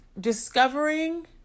discovering